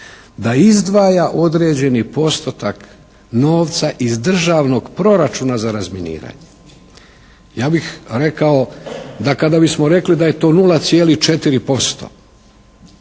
da izdvaja određeni postotak novca iz državnog proračuna za razminiranje. Ja bih rekao da kada bismo rekli da je to 0,4%,